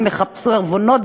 הם יחפשו ערבונות,